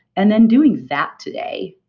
and then doing that today.